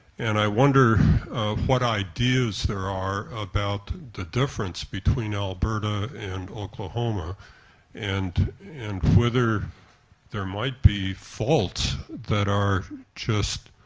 and i wonder what ideas there are about the difference between alberta and oklahoma and and whether there might be faults that are just